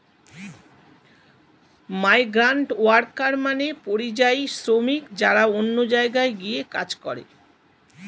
migrant worker মানে পরিযায়ী শ্রমিক যারা অন্য জায়গায় গিয়ে কাজ করে